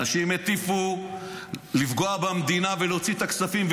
אנשים הטיפו לפגוע במדינה ולהוציא את הכספים,